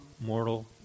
mortal